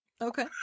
Okay